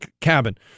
Cabin